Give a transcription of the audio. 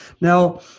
now